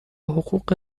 حقوق